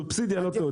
סובסידיה לא תעודד.